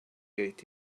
ate